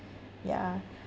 yeah